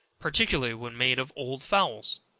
particularly when made of old fowls.